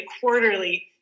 quarterly